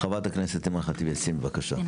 חברת הכנסת אימאן ח'טיב יאסין, בבקשה.